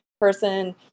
person